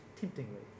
temptingly